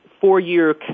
four-year